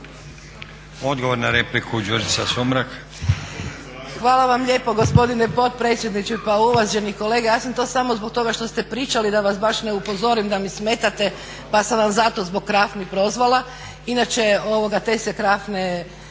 Odgovor na repliku, Đurđica Sumrak.